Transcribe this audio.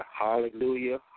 Hallelujah